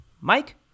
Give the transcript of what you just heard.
Mike